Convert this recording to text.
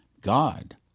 God